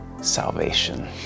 salvation